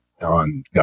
on